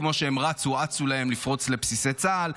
כמו שהם רצו אצו להם לפרוץ לבסיסי צה"ל,